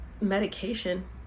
medication